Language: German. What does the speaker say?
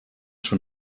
schon